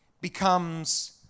becomes